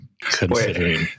Considering